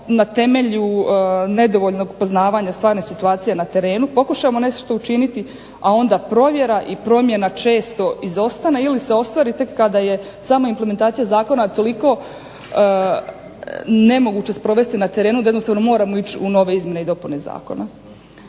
na temelju nedovoljnog poznavanja stvarne situacije na terenu, pokušamo nešto učiniti a onda provjera i promjena često izostane, ili se ostvari tek kada je sama implementacija zakona toliko nemoguće sprovesti na terenu, da jednostavno moramo ići u nove izmjene i dopune zakona.